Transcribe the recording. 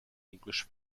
english